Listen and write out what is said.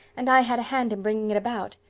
and i had a hand in bringing it about.